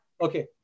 okay